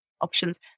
options